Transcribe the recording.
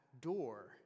door